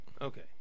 Okay